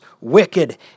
wicked